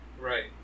Right